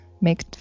make